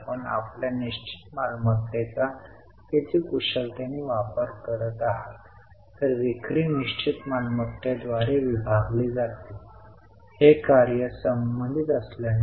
आता आपल्याकडे गुंतवणुकीत नकारात्मक कॅश फ्लो आहे हे चांगले चिन्ह आहे का